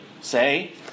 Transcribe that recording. say